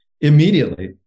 immediately